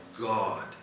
God